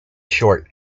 short